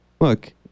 Look